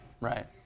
Right